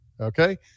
Okay